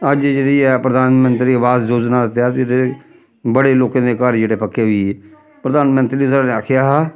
अज्ज जेह्ड़ी ऐ प्रधानमंत्री आवास योजना दे तैह्त जेह्ड़े बड़े लोकें दे घर जेह्ड़े पक्के होई गे प्रधानमंत्री साढ़े ने आखेआ हा